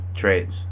trades